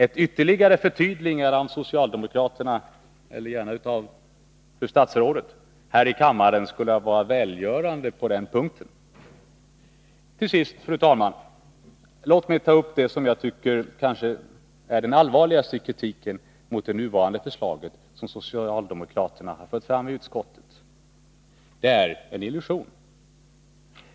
Ett ytterligare förtydligande av socialdemokraterna, eller gärna av fru statsrådet, här i kammaren skulle vara välgörande på den punkten. Låt mig till sist, fru talman, ta upp den som jag tycker allvarligaste kritiken mot det förslag som socialdemokraterna nu har fört fram i utskottet. Det är en illusion.